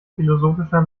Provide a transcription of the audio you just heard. philosophischer